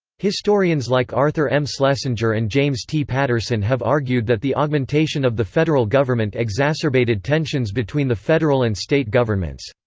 historians like arthur m. schlesinger and james t. patterson have argued that the augmentation of the federal government exacerbated tensions between the federal and state governments.